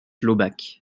laubach